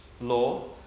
law